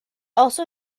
also